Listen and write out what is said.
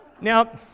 Now